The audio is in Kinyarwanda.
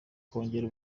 kongera